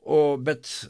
o bet